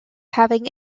having